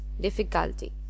difficulty